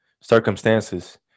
circumstances